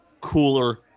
cooler